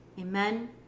amen